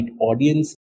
audience